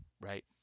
right